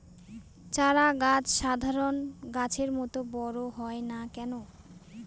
চারা গাছ সাধারণ গাছের মত বড় হয় না কেনো?